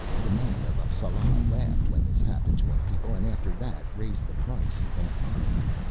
the man of appsala laughed when this happened to our people and after that raised the price even higher.